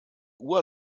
uhr